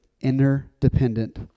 interdependent